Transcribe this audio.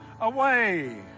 away